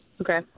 Okay